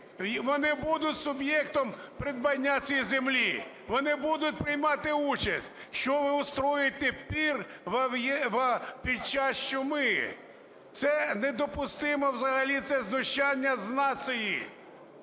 Вони будуть суб'єктом придбання цієї землі. Вони будуть приймати участь. Що ви устроюєте пір під час чуми. Це недопустимо взагалі, це знущання з нації.